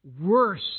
worse